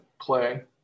play